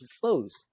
flows